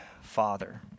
Father